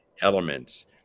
elements